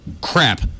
crap